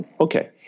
okay